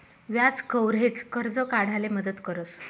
व्याज कव्हरेज, कर्ज काढाले मदत करस